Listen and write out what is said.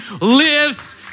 lives